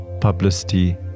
publicity